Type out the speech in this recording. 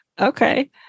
Okay